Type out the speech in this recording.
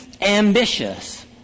ambitious